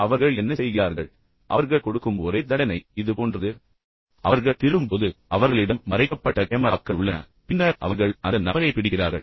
எனவே அவர்கள் என்ன செய்கிறார்கள் அவர்கள் கொடுக்கும் ஒரே தண்டனை இது போன்றது அவர்கள் திருடும் போது அவர்களிடம் மறைக்கப்பட்ட கேமராக்கள் உள்ளன பின்னர் அவர்கள் அந்த நபரைப் பிடிக்கிறார்கள்